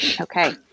Okay